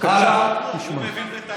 קיוסק